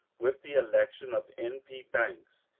with the election of n. p. banks.